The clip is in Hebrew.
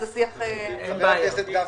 חבר הכנסת גפני,